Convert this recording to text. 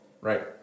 Right